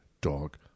Dog